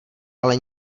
ale